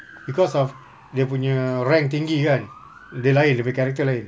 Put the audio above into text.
because of dia punya rank tinggi kan dia lain dia punya character lain